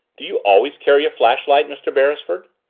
do you always carry a flashlight, mr. beresford?